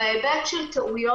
בהיבט של טעויות,